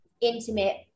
intimate